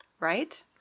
Right